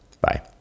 Bye